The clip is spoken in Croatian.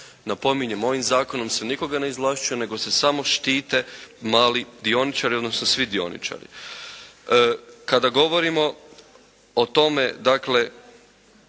napominjem ovim Zakonom se nikoga ne izvlašćuje nego se samo štite mali dioničari odnosno svi dioničari. Kada govorimo o tome dakle